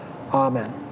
Amen